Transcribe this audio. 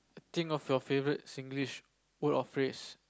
think of your favourite Singlish word or phrase